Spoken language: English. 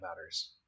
matters